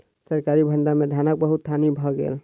सरकारी भण्डार में धानक बहुत हानि भ गेल